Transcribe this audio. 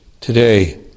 today